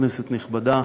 כנסת נכבדה,